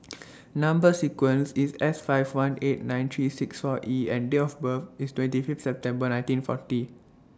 Number sequence IS S five one eight nine three six four E and Date of birth IS twenty Fifth September nineteen forty